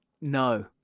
no